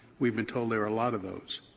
we've been told there are a lot of those.